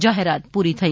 જાહેરાત પૂરી થઇ